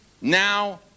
now